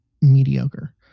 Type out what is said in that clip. mediocre